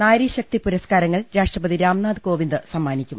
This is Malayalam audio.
നാരി ശക്തി പുരസ്കാരങ്ങൾ രാഷ്ട്രപതി രാംനാഥ് കോവിന്ദ് സമ്മാനിക്കും